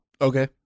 Okay